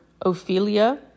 Ophelia